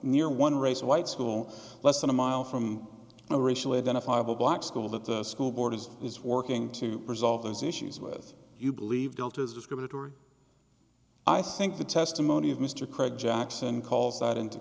near one race of white school less than a mile from a racially identifiable black school that the school board is is working to resolve those issues with you believe guilty as discriminatory i think the testimony of mr craig jackson calls that into